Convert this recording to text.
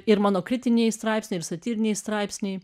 ir mano kritiniai straipsniai ir satyriniai straipsniai